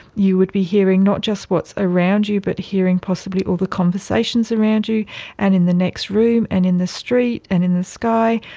you would be hearing not just what's around you but hearing possibly all the conversations around you and in the next room and in the street and in the sky,